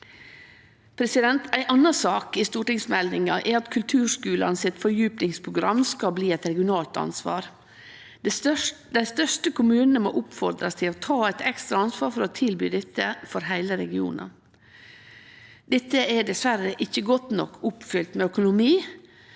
plass. Ei anna sak i stortingsmeldinga er at kulturskulane sitt fordjupingsprogram skal bli eit regionalt ansvar. Dei største kommunane må oppfordrast til å ta eit ekstra ansvar for å tilby dette for heile regionen. Dette er diverre ikkje godt nok oppfylt med økonomi